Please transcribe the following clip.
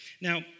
Now